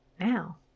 Now